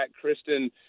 Kristen